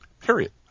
Period